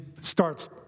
starts